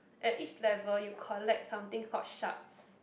at each level you collect something called shards